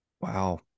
Wow